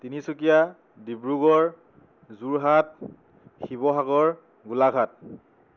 Tinsukia Dibrugarh Jorhat Sivasagar Golaghat